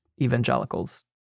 evangelicals